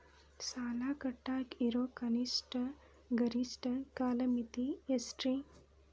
ಸಾಲ ಕಟ್ಟಾಕ ಇರೋ ಕನಿಷ್ಟ, ಗರಿಷ್ಠ ಕಾಲಮಿತಿ ಎಷ್ಟ್ರಿ?